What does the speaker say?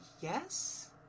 Yes